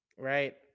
Right